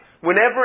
whenever